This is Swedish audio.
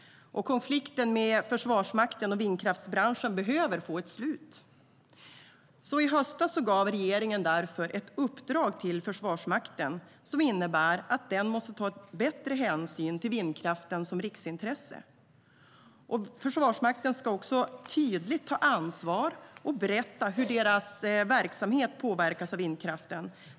Konflikten mellan Försvarsmakten och vindkraftsbranschen behöver få ett slut. I höstas gav regeringen därför ett uppdrag till Försvarsmakten som innebär att den måste ta bättre hänsyn till vindkraften som riksintresse. Försvarsmakten ska också tydligt ta ansvar och berätta hur deras verksamhet påverkas av vindkraften.